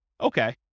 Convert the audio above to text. Okay